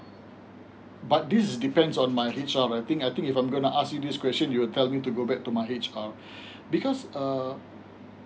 but this is depends on my H_R I think I think if I'm gonna ask you this question you'll tell me to go back to my H_R because uh